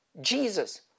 jesus